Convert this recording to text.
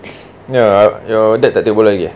ya your dad tak telefon lagi eh